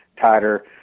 tighter